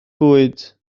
bwyd